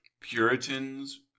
Puritans